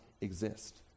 exist